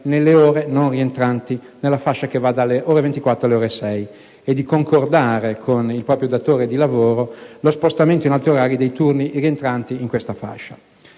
nelle ore non rientranti nella fascia che va dalle ore 24 alle ore 6, e di concordare con il proprio datore di lavoro lo spostamento in altri orari dei turni rientranti in questa fascia.